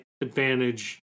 advantage